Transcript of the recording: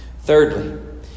Thirdly